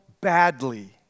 badly